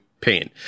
pain